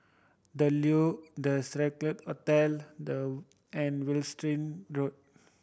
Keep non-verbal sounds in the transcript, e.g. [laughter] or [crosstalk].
The Leo The Scarlet Hotel [unintelligible] and Wiltshire Road